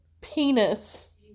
penis